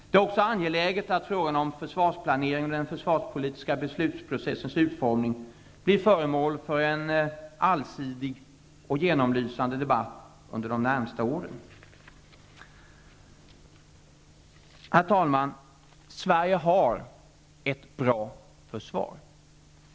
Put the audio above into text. Det är också angeläget att frågan om försvarsplaneringen och den försvarspolitiska beslutsprocessens utformning blir föremål för en allsidig och genomlysande debatt under de närmaste åren. Herr talman! Sverige har ett bra försvar.